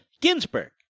Ginsburg